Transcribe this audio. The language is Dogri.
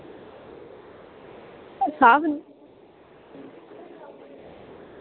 खराब न